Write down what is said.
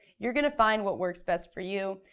you're gonna find what works best for you,